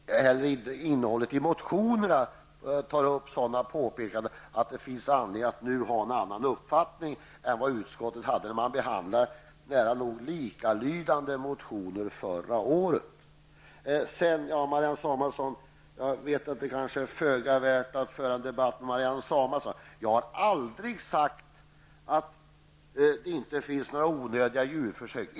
Herr talman! Det har inte hänt någonting. Inte heller i motionerna tas det upp sådant som gör att det nu finns anledning att ha en annan uppfattning än den utskottet hade när det behandlade nära nog likalydande motioner förra året. Jag vet att det kanske är föga värt att föra en debatt med Marianne Samuelsson. Jag har aldrig sagt att det inte förekommer onödiga djurförsök.